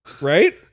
right